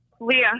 Leah